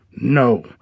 No